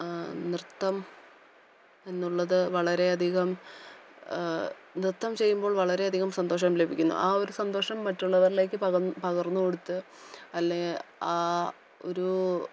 നൃത്തം എന്നുള്ളത് വളരെയധികം നൃത്തം ചെയ്യുമ്പോൾ വളരെയധികം സന്തോഷം ലഭിക്കുന്നു ആ ഒരു സന്തോഷം മറ്റുള്ളവരിലേക്ക് പകർന്നുകൊടുത്ത് അല്ലെങ്കിൽ ആ ഒരു